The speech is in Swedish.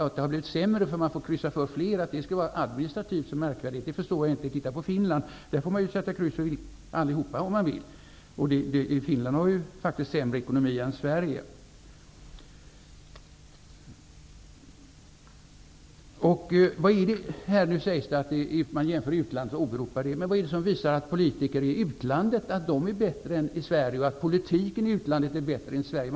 Att det skulle vara administrativt så märkvärdigt att få kryssa för flera namn förstår jag inte. Titta på Finland! Där får man sätta kryss för allihopa om man vill. Finland har ju faktiskt sämre ekonomi än Vad är det som visar att politiker är bättre i utlandet än i Sverige, eller att politiken i utlandet är bättre än i Sverige?